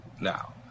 Now